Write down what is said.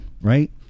right